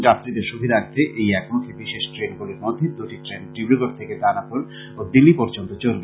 যাত্রীদের সুবিধার্থে এই একমুখী বিশেষ ট্রেনগুলির মধ্যে দুটি ট্রেন ডিব্লগড় থেকে দানাপুর ও দিল্লী পর্যন্ত চলবে